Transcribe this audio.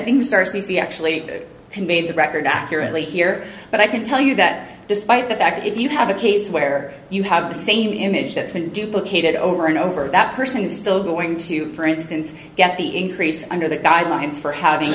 he actually conveyed the record accurately here but i can tell you that despite the fact that if you have a case where you have the same image that's been duplicated over and over that person is still going to for instance get the increase under the guidelines for having